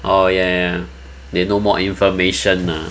orh ya ya ya they know more information